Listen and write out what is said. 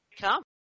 come